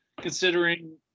considering